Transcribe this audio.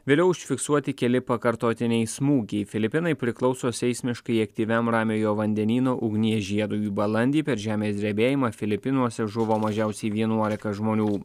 vėliau užfiksuoti keli pakartotiniai smūgiai filipinai priklauso seismiškai aktyviam ramiojo vandenyno ugnies žiedui balandį per žemės drebėjimą filipinuose žuvo mažiausiai vienuolika žmonių